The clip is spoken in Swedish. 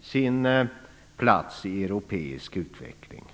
sin plats i europeisk utveckling.